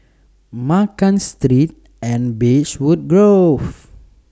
Ma Kan three and Beechwood Grove